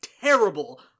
terrible